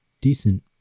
decent